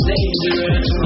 Dangerous